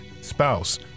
spouse